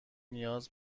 نیاز